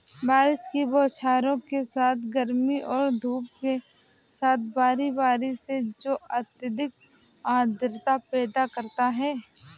बारिश की बौछारों के साथ गर्मी और धूप के साथ बारी बारी से जो अत्यधिक आर्द्रता पैदा करता है